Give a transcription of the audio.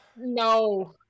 No